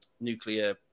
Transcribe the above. nuclear